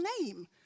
name